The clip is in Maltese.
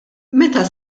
meta